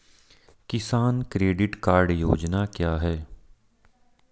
किसान credit card योजना क्या है?